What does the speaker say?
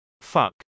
Fuck